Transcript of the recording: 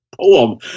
poem